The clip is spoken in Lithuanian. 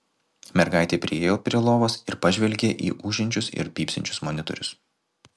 mergaitė priėjo prie lovos ir pažvelgė į ūžiančius ir pypsinčius monitorius